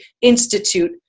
Institute